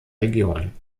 region